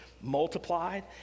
Multiplied